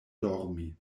dormi